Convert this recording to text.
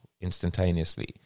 instantaneously